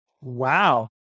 Wow